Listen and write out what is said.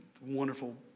wonderful